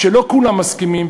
שלא כולם מסכימים,